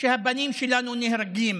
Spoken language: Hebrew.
שהבנים שלנו נהרגים